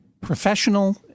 professional